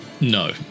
No